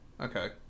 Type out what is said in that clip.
okay